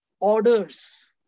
orders